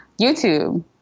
YouTube